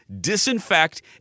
disinfect